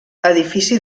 edifici